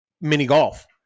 mini-golf